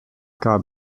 gab